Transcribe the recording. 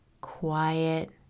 quiet